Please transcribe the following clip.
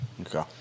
Okay